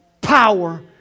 power